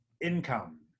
income